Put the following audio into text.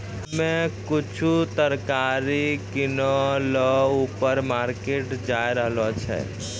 हम्मे कुछु तरकारी किनै ल ऊपर मार्केट जाय रहलो छियै